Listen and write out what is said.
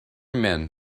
men